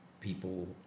people